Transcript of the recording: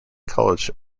college